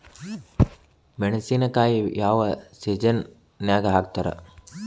ಮೆಣಸಿನಕಾಯಿನ ಯಾವ ಸೇಸನ್ ನಾಗ್ ಹಾಕ್ತಾರ?